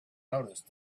noticed